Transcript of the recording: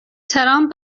ترامپ